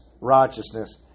righteousness